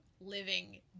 living